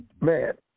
man